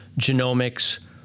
genomics